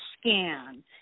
Scan